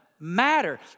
Matter